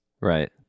Right